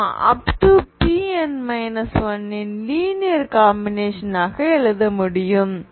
Pn 1 இன் linear combination ஆகும்